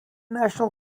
national